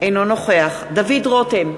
אינו נוכח דוד רותם,